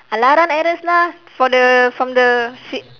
!alah! run errands lah for the from the si~